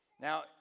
Now